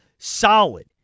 solid